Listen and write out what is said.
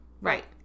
right